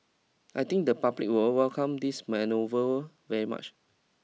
I think the public will welcome this manoeuvre very much